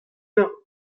eur